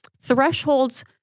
thresholds